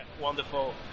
wonderful